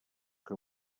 que